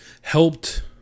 helped